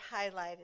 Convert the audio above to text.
highlighted